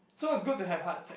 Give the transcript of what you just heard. so it's good to have heart attack